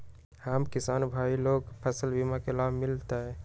हम किसान भाई लोग फसल बीमा के लाभ मिलतई?